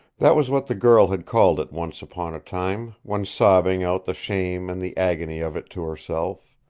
that was what the girl had called it once upon a time, when sobbing out the shame and the agony of it to herself.